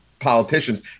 politicians